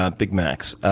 um big max?